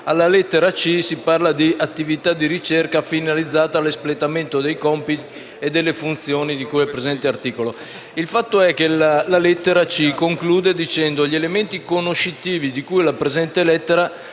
alla lettera *c)* si parla di attività di ricerca finalizzata all'espletamento dei compiti e delle funzioni di cui al presente articolo; tale lettera conclude affermando che: «Gli elementi conoscitivi di cui alla presente lettera